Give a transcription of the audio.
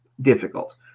difficult